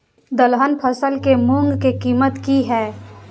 दलहन फसल के मूँग के कीमत की हय?